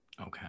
Okay